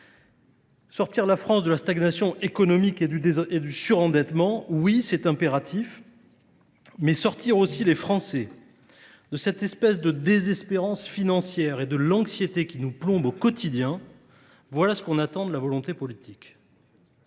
Sortir la France de la stagnation économique et du surendettement, oui, c'est impératif, Mais sortir aussi les Français de cette espèce de désespérance financière et de l'anxiété qui nous plombe au quotidien, voilà ce qu'on attend de la volonté politique.